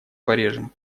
порежем